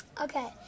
Okay